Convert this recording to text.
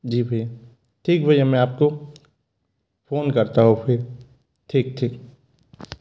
जी भैया ठीक भैया मैं आपको फोन करता हूँ फिर ठीक ठीक